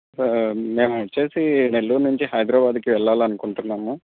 sir మేము వచ్చేసి నెల్లూరు నుంచి హైదరాబాదుకి వెళ్ళాలనుకుంటున్నాము